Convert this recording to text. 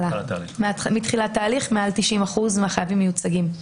מתחילת ההליך מעל 90% מהחייבים מיוצגים.